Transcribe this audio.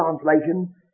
translation